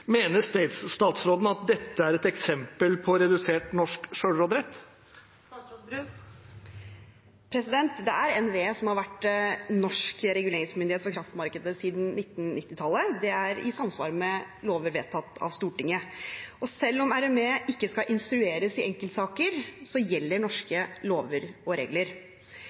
statsråden at dette er et eksempel på redusert norsk sjølråderett? Det er NVE som har vært norsk reguleringsmyndighet for kraftmarkedet siden 1990-tallet. Det er i samsvar med lover vedtatt av Stortinget. Og selv om RME ikke skal instrueres i enkeltsaker, gjelder norske lover og regler.